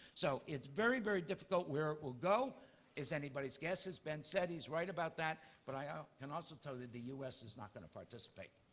so it's very, very difficult. where it will go is anybody's guess, as ben said. he's right about that. but i ah can tell that the us is not going to participate.